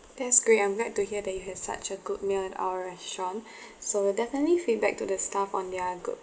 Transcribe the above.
that's great I'm glad to hear that you had such a good meal at our restaurant so we'll definitely feedback to the staff on their good